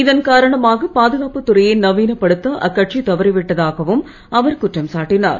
இதன் காரணமாக பாதுகாப்புத் துறையை நவீனப்படுத்த அக்கட்சி தவறிவிட்டதாகவும் அவர் குற்றம் சாட்டினார்